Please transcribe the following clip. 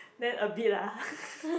then a bit lah